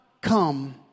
come